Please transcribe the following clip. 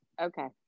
Okay